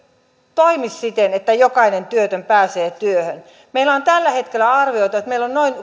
toimi siten että jokainen työtön pääsee työhön meillä on tällä hetkellä arvioitu että meillä on noin